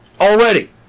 Already